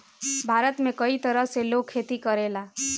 भारत में कई तरह से लोग खेती करेला